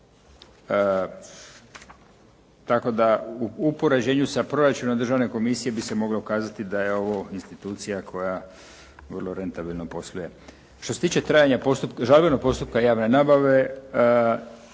tako da u poređenju sa proračunom Državne komisije bi se moglo kazati da je ovo institucija koja vrlo rentabilno posluje. Što se tiče žalbenog postupka javne nabave